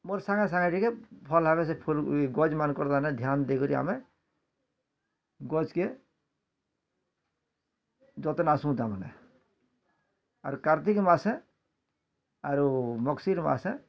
ମୋର୍ ସାଙ୍ଗେ ସାଙ୍ଗେ ଟିକେ ଭଲ୍ ଭାବେ ସେ ଫୁଲ୍ ଗଛ୍ ମାନକର୍ ତାମାନେ ଧ୍ୟାନ ଦେଇ କି ଆମେ ଗଛ୍କେ ଯତ୍ନାସୁଁ ତାମାନେ ଆର୍ କାର୍ତିକ୍ ମାସେ ଆରୁ ମଗଶିର୍ ମାସେ